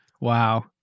Wow